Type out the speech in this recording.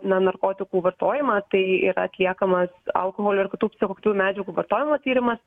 na narkotikų vartojimą tai yra atliekamas alkoholio ar kitų psichoaktyvių medžiagų vartojimo tyrimas